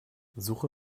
suche